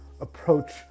approach